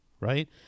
right